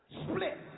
split